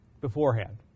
beforehand